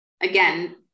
again